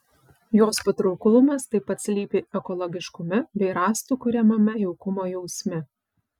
jos patrauklumas taip pat slypi ekologiškume bei rąstų kuriamame jaukumo jausme